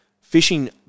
fishing